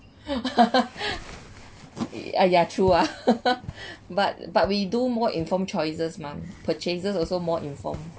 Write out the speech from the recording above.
ah ya true ah but but we do more informed choices mah purchases also more informed